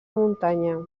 muntanya